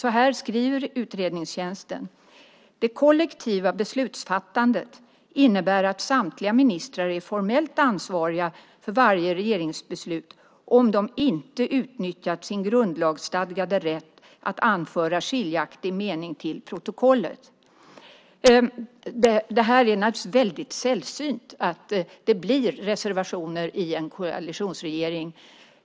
Så här skriver utredningstjänsten: Det kollektiva beslutsfattandet innebär att samtliga ministrar är formellt ansvariga för varje regeringsbeslut om de inte utnyttjat sin grundlagsstadgade rätt att anföra skiljaktig mening till protokollet. Det är naturligtvis väldigt sällsynt att det blir reservationer i en koalitionsregering.